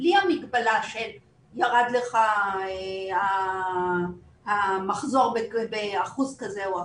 בלי המגבלה שירד לך המחזור באחוז כזה או אחר,